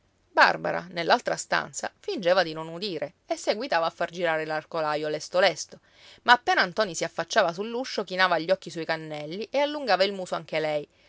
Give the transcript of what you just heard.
barbara nell'altra stanza fingeva di non udire e seguitava a far girare l'arcolaio lesto lesto ma appena ntoni si affacciava sull'uscio chinava gli occhi sui cannelli e allungava il muso anche lei